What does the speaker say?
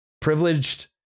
Privileged